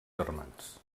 germans